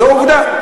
זאת עובדה.